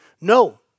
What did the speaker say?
No